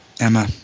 Emma